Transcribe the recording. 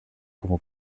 como